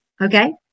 okay